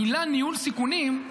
המילים "ניהול סיכונים",